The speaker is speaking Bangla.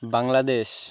বাংলাদেশ